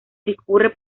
discurre